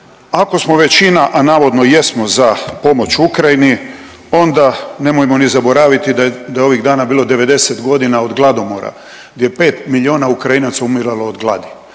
Ako smo većina, a navodno jesmo za pomoć Ukrajini, onda nemojmo ni zaboraviti da je ovih dana bilo 90 dana od gladomora, gdje je 5 milijuna Ukrajinaca umiralo od gladi,